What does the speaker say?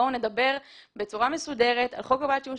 בואו נדבר בצורה מסודרת על חוק הגבלת שימוש